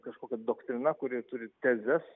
kažkokia doktrina kuri turi tezes